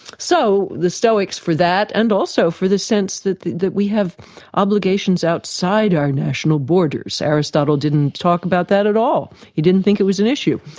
so the stoics were that. and also for the sense that that we have obligations outside our national borders. aristotle didn't talk about that at all, he didn't think it was an issue.